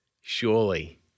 Surely